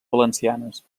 valencianes